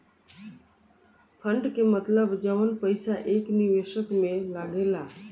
fund के मतलब जवन पईसा एक निवेशक में लागेला